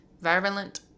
virulent